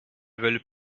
veulent